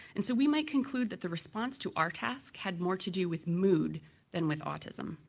and so we might conclude that the response to our task had more to do with mood than with autism.